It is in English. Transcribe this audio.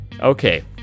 Okay